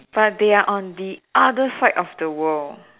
but they are on the other side of the world